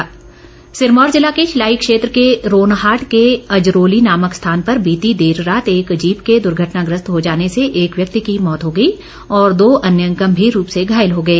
दुर्घटना सिरमौर जिला के शिलाई क्षेत्र के रोनहाट के अजरोली नामक स्थान पर बीती रात एक जीप के दुर्घटनाग्रस्त हो जाने से एक व्यक्ति मौत हो गई और दो अन्य गम्भीर रूप से घायल हो गए